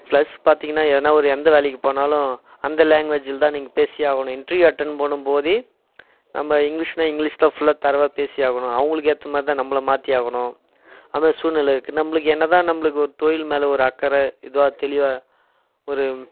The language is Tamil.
ப்ளஸ் பார்த்திங்கனா எதுனால் ஒரு எந்த வேலைக்கு போனாலும் அந்த லாங்வேஜில் தான் நீங்கள் பேசியே ஆகணும் இன்டர்வியூ அட்டன் பண்ணும்போதே நம்ப இங்க்லீஷ்னால் இங்க்லீஷ் தான் ஃபுல்லாக தரோவாக பேசி ஆகணும் அவர்களுக்கு ஏற்ற மாதிரி தான் நம்பளை மாற்றி ஆகணும் அந்த சூழ்நிலை இருக்குது நம்பளுக்கு என்னதான் நம்பளுக்கு ஒரு தொழில் மேலே ஒரு அக்கறை இதுவாக தெளிவாக ஒரு